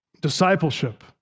Discipleship